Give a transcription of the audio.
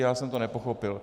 Já jsem to nepochopil.